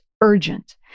urgent